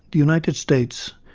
the united states,